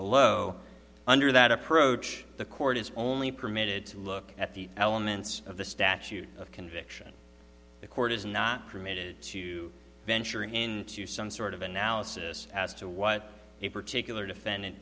below under that approach the court is only permitted to look at the elements of the statute of conviction the court is not permitted to venturing into some sort of analysis as to what a particular defend